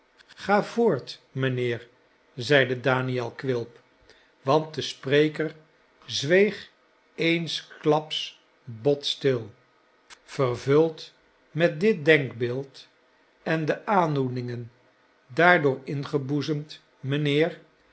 ga voort mijnheer zeide daniel quilp want de spreker zweeg eensklaps bot stil vervuld met dit denkbeeld en de aandoeningen daardoor ingeboezemd mijnheer